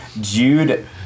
Jude